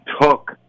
took